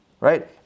right